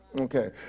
Okay